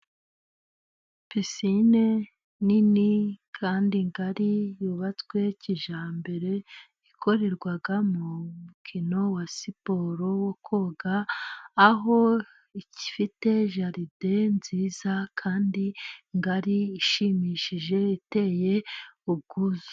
Picine nini ,kandi ngari yubatswe kijyambere ,ikorerwamo umukino wa siporo wo koga, aho ifite jaride nziza kandi ngari, ishimishije ,iteye ubwuzu.